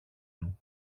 του